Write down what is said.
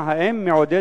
4. האם המשרד